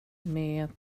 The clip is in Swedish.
med